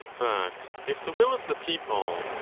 but if the will of the people,